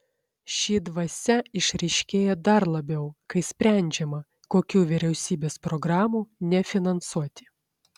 ši dvasia išryškėja dar labiau kai sprendžiama kokių vyriausybės programų nefinansuoti